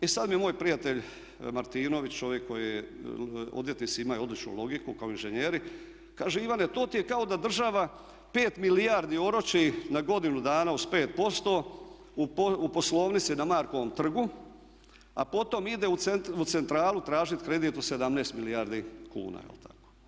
I sada mi moj prijatelj Martinović, čovjek koji, odvjetnici imaju odličnu logiku kao i inženjeri, kaže Ivane to ti je kao da država pet milijardi oroči na godinu dana uz 5% u poslovnici na Markovom trgu a potom ide u centralu tražiti kredit od 17 milijardi kuna je li tako.